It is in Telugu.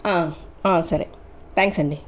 సరే థ్యాంక్స్ అండి